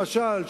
למשל,